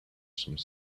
some